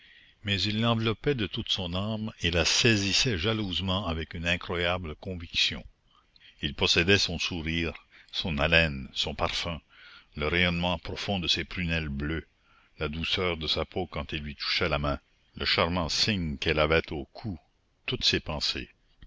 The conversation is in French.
mais il l'enveloppait de toute son âme et la saisissait jalousement avec une incroyable conviction il possédait son sourire son haleine son parfum le rayonnement profond de ses prunelles bleues la douceur de sa peau quand il lui touchait la main le charmant signe qu'elle avait au cou toutes ses pensées